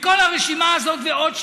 מכל הרשימה הזאת ועוד,